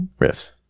riffs